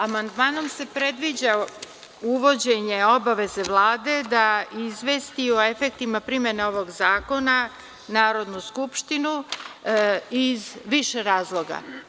Amandmanom se predviđa uvođenje obaveze Vlade da izvesti o efektima primene ovog zakona Narodnu skupštinu iz više razloga.